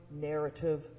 narrative